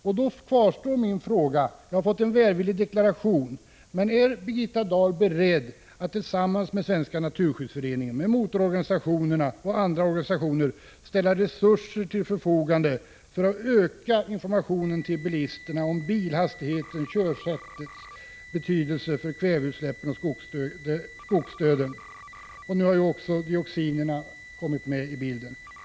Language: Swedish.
Även om vi här fått en välvillig deklaration, kvarstår min fråga: Är Birgitta Dahl beredd att tillsammans med Svenska naturskyddsföreningen, motororganisationerna och andra organisationer ställa resurser till förfogande för att öka informationen till bilisterna om hastighetens och körsättets betydelse för kväveutsläppen och skogsdöden? Nu har också dioxinerna kommit med i bilden.